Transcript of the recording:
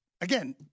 again